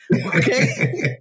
Okay